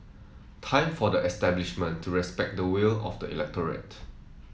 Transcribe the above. time for the establishment to respect the will of the electorate